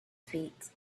feet